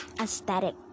aesthetic